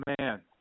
man